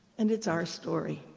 and it's our story.